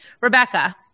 Rebecca